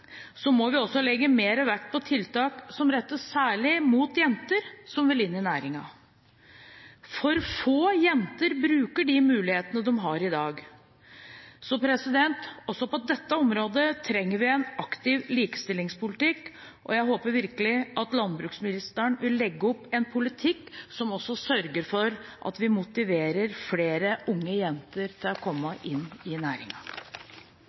så også på dette området trenger vi en aktiv likestillingspolitikk. Jeg håper virkelig at landbruksministeren vil legge fram en politikk som sørger for at vi motiverer flere unge jenter til å komme inn i